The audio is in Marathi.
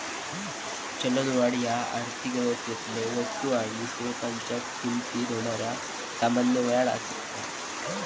चलनवाढ ह्या अर्थव्यवस्थेतलो वस्तू आणि सेवांच्यो किमतीत होणारा सामान्य वाढ असा